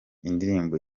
indirimbo